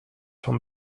van